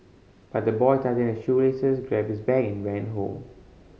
but the boy tightened his shoelaces grabbed his bag and ran home